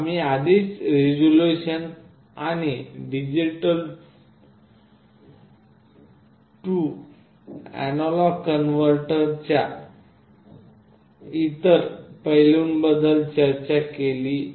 आम्ही आधीच रिझोल्यूशन आणि डिजिटल टू अॅनालॉग कनव्हर्टरच्या इतर पैलुंबद्दल चर्चा केली आहे